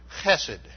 chesed